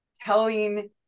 telling